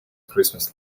christmas